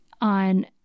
on